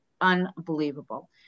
unbelievable